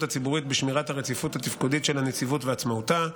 הציבורית בשמירת הרציפות התפקודית של הנציבות ועצמאותה.